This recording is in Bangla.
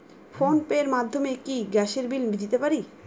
ফোন পে র মাধ্যমে কি গ্যাসের বিল দিতে পারি?